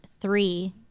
three